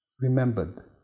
remembered